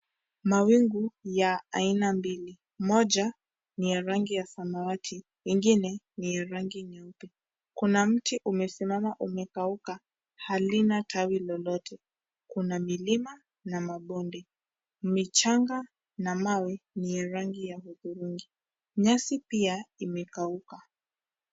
Mawingu ya aina mbili, moja ni ya rangi ya samawati ingine ni ya rangi nyeupe, kuna mti umesimama umekauka halina tawi lolote, kuna milima na mabonde, michanga na mawe ni ya rangi ya hudhurungi, nyasi pia imekauka.